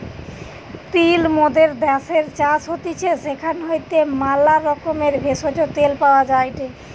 তিল মোদের দ্যাশের চাষ হতিছে সেখান হইতে ম্যালা রকমের ভেষজ, তেল পাওয়া যায়টে